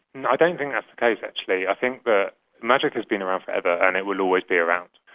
and don't think that's the case actually. i think that magic has been around forever and it will always be around,